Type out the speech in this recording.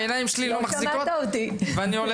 העיניים שלי כבר לא מחזיקות ואני עוד